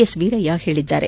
S Veerayya ಹೇಳಿದ್ದಾರೆ